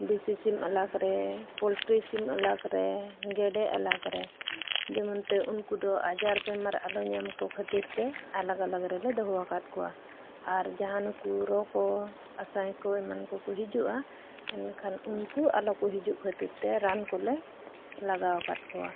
ᱫᱮᱥᱤ ᱥᱤᱢ ᱟᱞᱟᱠ ᱨᱮ ᱯᱚᱞᱴᱨᱤ ᱥᱤᱢ ᱟᱞᱟᱠ ᱨᱮ ᱜᱮᱰᱮ ᱟᱞᱟᱠ ᱨᱮ ᱡᱮᱢᱚᱱ ᱛᱮ ᱩᱱᱠᱩ ᱫᱚ ᱟᱡᱟᱨ ᱵᱮᱢᱟᱨ ᱟᱞᱚ ᱧᱟᱢ ᱠᱚ ᱠᱷᱟᱹᱛᱤᱨ ᱛᱮ ᱟᱞᱟᱠ ᱟᱞᱟᱠ ᱨᱮᱞᱮ ᱫᱚᱦᱚ ᱟᱠᱟᱫ ᱠᱚᱣᱟ ᱟᱨ ᱡᱟᱦᱟᱸ ᱱᱩᱠᱩ ᱨᱚ ᱠᱚ ᱟᱥᱟᱭ ᱠᱚ ᱮᱢᱟᱱ ᱠᱚ ᱠᱚ ᱦᱤᱡᱩᱜᱼᱟ ᱮᱱᱠᱷᱟᱱ ᱩᱱᱠᱩ ᱟᱞᱚ ᱠᱚ ᱦᱤᱡᱩᱜ ᱠᱷᱟᱹᱛᱤᱨ ᱛᱮ ᱨᱟᱱ ᱠᱚᱞᱮ ᱞᱟᱜᱟᱣ ᱟᱠᱟᱫ ᱠᱚᱣᱟ